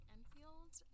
Enfield